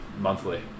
monthly